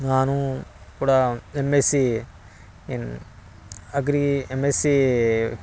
ನಾನೂ ಕೂಡ M S C in agri M S sea